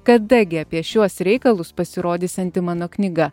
kada gi apie šiuos reikalus pasirodysianti mano knyga